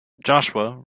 joshua